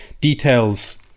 Details